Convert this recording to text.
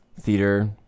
theater